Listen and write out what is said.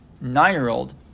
nine-year-old